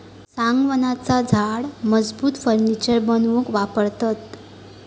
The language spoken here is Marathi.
सागवानाचा झाड मजबूत फर्नीचर बनवूक वापरतत